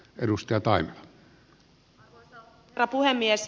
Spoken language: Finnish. arvoisa herra puhemies